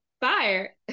fire